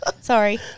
Sorry